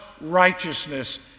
righteousness